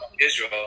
Israel